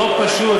לא פשוט,